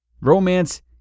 Romance